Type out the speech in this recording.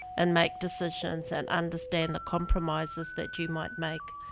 and make decisions, and understand the compromises that you might make,